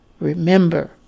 remember